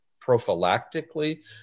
prophylactically